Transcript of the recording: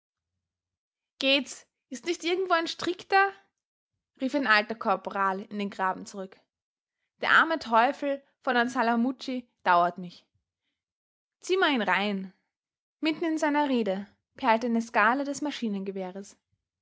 geht's ist nicht irgendwo ein strick da rief ein alter korporal in den graben zurück der arme teufel von an salamucci dauert mich ziehg mer ihn rein mitten in seine rede perlte eine skala des maschinengewehres